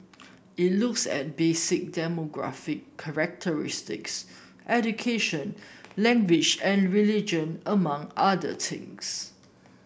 it looks at basic demographic characteristics education language and religion among other things